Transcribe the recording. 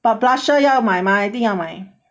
but blusher 要买 mah 一定要买